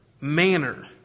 manner